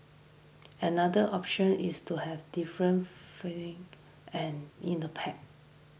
another option is to have different and in the pack